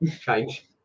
change